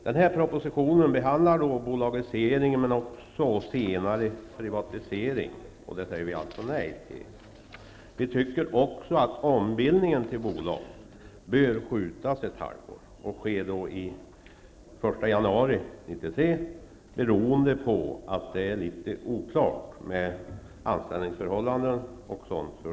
Den här propositionen handlar om bolagisering men också privatisering, vilken vi säger nej till. Vi tycker att ombildningen till bolag bör skjutas upp ett halvår och ske först den 1 januari 1993, beroende på att det är litet oklart med anställningsförhållandena.